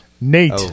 Nate